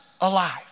alive